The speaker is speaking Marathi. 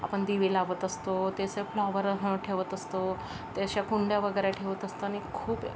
आपण दिवे लावत असतो त्याचं फ्लॉवर अहं ठेवत असतो ते अशा कुंड्या वगैरे ठेवत असताना खूप